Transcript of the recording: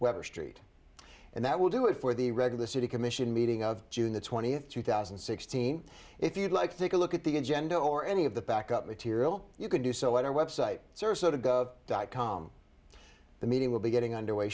whether street and that will do it for the regular city commission meeting of june the twentieth two thousand and sixteen if you'd like to take a look at the agenda or any of the back up material you can do so at our website serve so to go dot com the meeting will be getting underway